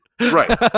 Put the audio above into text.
Right